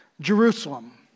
Jerusalem